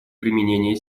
применение